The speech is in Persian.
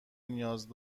نیاز